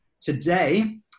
today